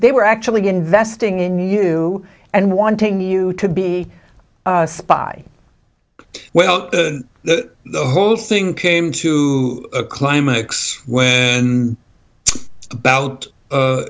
they were actually investing in you and wanting you to be a spy well that the whole thing came to a climax when about a